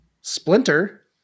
Splinter